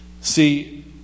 See